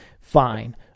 Fine